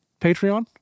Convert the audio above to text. Patreon